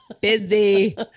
busy